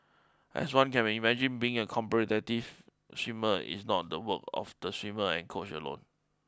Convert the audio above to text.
as one can imagine being a competitive swimmer is not the work of the swimmer and coach alone